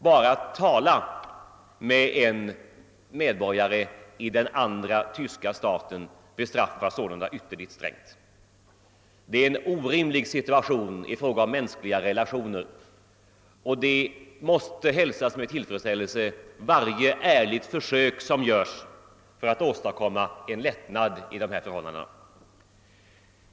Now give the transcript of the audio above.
Bara att tala med en medborgare i den andra tyska staten bestraffas så-. lunda ytterligt strängt! Det är en orimlig situation i fråga om mänskliga relationer, och varje ärligt försök som görs för att åstadkomma en lättnad i dessa förhållanden måste hälsas med tillfredsställelse.